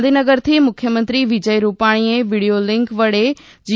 ગાંધીનગરથી મુખ્યમંત્રી વિજય રૂપાણીએ વિડીયોલિન્ક વડે જી